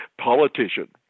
politician